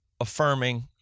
Affirming